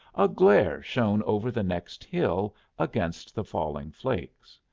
a glare shone over the next hill against the falling flakes.